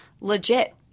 legit